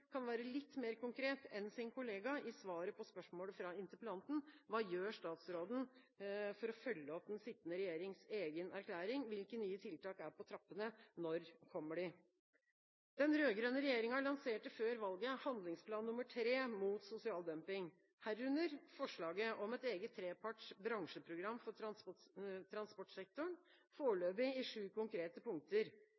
kan være litt mer konkret enn sin kollega i svaret på spørsmålet fra interpellanten: Hva gjør statsråden for å følge opp den sittende regjerings egen erklæring? Hvilke nye tiltak er på trappene? Når kommer de? Den rød-grønne regjeringa lanserte før valget handlingsplan nr. 3 mot sosial dumping, herunder forslaget om et eget treparts bransjeprogram for transportsektoren,